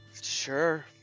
Sure